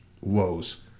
woes